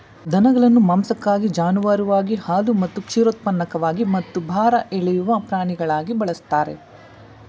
ದನಗಳನ್ನು ಮಾಂಸಕ್ಕಾಗಿ ಜಾನುವಾರುವಾಗಿ ಹಾಲು ಮತ್ತು ಕ್ಷೀರೋತ್ಪನ್ನಕ್ಕಾಗಿ ಮತ್ತು ಭಾರ ಎಳೆಯುವ ಪ್ರಾಣಿಗಳಾಗಿ ಬಳಸ್ತಾರೆ